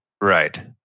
Right